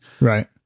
right